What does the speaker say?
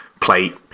Plate